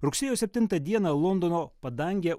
rugsėjo septintą dieną londono padangę